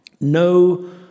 no